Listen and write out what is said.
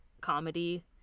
comedy